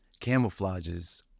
camouflages